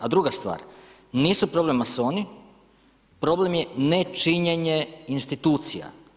A druga stvar, nisu problem masoni, problem je nečinjenje institucija.